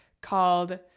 called